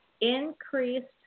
increased